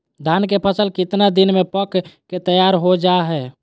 धान के फसल कितना दिन में पक के तैयार हो जा हाय?